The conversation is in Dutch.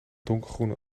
donkergroene